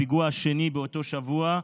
הפיגוע השני באותו שבוע,